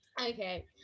Okay